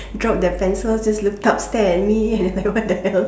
drop their pencils just looked up stared at me like what the hell